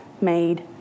made